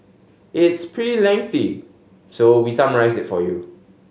it's pretty lengthy so we summarised it for you